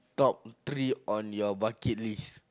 top three on your bucket list